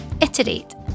iterate